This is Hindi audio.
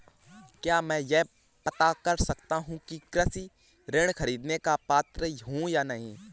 क्या मैं यह पता कर सकता हूँ कि मैं कृषि ऋण ख़रीदने का पात्र हूँ या नहीं?